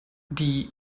die